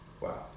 Wow